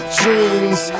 dreams